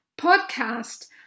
podcast